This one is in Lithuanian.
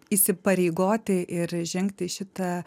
įsipareigoti ir žengti šitą